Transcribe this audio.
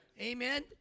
Amen